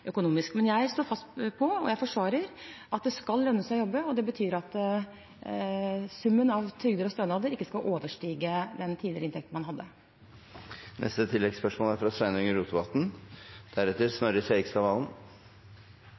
økonomisk. Men jeg står fast på – og jeg forsvarer – at det skal lønne seg å jobbe. Det betyr at summen av trygd og stønad ikke skal overstige den inntekten man hadde tidligere. Sveinung Rotevatn – til oppfølgingsspørsmål. Å redusere barnefattigdommen er